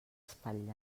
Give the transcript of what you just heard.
espatllen